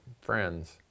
friends